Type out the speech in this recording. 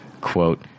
Quote